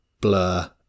blur